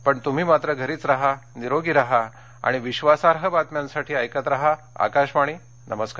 पूण तुम्ही मात्र घरीच राहा निरोगी राहा आणि विश्वासार्ह बातम्यांसाठी ऐकत राहा आकाशवाणी नमस्कार